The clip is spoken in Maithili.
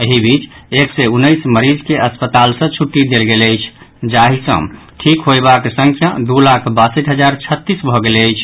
एहि बीच एक सय उन्नैस मरीज के अस्पताल सँ छुट्टी देल गेल अछि जाहि सँ ठिक होयबाक संख्या दू लाख बासठि हजार छत्तीस भऽ गेल अछि